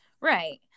right